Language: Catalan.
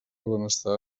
benestar